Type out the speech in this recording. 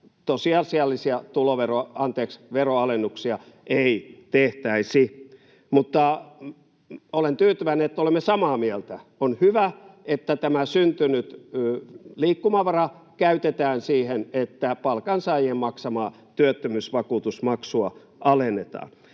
tosiasiallisia veronalennuksia ei tehtäisi. Mutta olen tyytyväinen, että olemme samaa mieltä. On hyvä, että tämä syntynyt liikkumavara käytetään siihen, että palkansaajien maksamaa työttömyysvakuutusmaksua alennetaan.